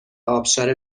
ابشار